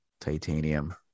titanium